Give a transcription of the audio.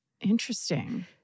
Interesting